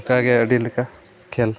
ᱚᱱᱠᱟᱜᱮ ᱟᱹᱰᱤ ᱞᱮᱠᱟ ᱠᱷᱮᱹᱞ